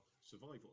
survival